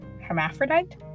hermaphrodite